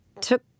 took